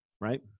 right